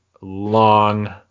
long